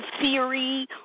theory